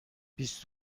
بیست